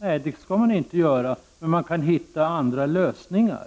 Nej, det skall man inte göra, men man kan hitta andra lösningar,